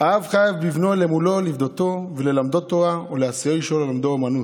"האב חייב בבנו למולו ולפדותו וללמדו תורה להשיאו אישה וללמדו אומנות,